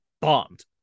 bombed